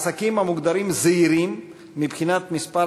העסקים המוגדרים זעירים מבחינת מספר